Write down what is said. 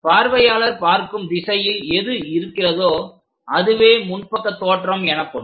பார்வையாளர் பார்க்கும் திசையில் எது இருக்கிறதோ அதுவே முன்பக்க தோற்றம் எனப்படும்